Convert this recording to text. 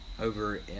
over